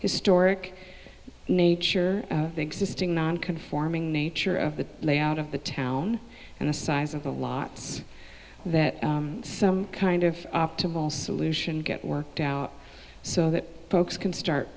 historic nature of the existing non conforming nature of the layout of the town and the size of the lots that some kind of optimal solution get worked out so that folks can start